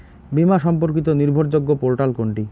বীমা সম্পর্কিত নির্ভরযোগ্য পোর্টাল কোনটি?